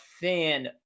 fan